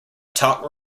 talk